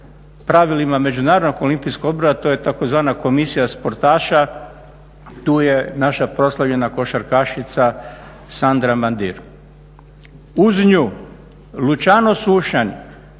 pravilima Međunarodnog olimpijskog odbora to je tzv. Komisija sportaša. Tu je naša proslavljena košarkašica Sandra Mandir. Uz nju Luciano Sušanj,